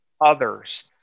others